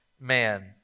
man